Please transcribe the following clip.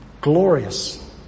glorious